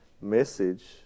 message